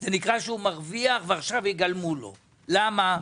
זה נקרא שהוא מרוויח ועכשיו יגלמו לו, למה?